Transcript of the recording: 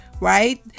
right